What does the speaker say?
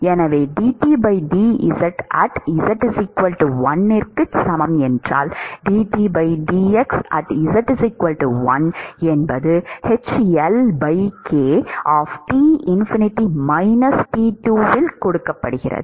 எனவே dT dz z1க்கு சமம் இல் கொடுக்கப்படுகிறது